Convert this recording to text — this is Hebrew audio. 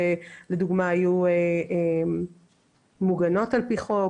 שלדוגמה היו מוגנות על פי חוק,